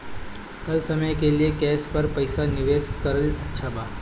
कम समय के लिए केस पर पईसा निवेश करल अच्छा बा?